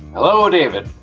hello, david.